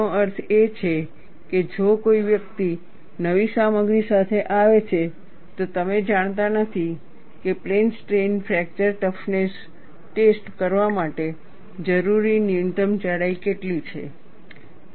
તેનો અર્થ એ છે કે જો કોઈ વ્યક્તિ નવી સામગ્રી સાથે આવે છે તો તમે જાણતા નથી કે plane strain fracture toughness test કરવા માટે જરૂરી ન્યૂનતમ જાડાઈ કેટલી છે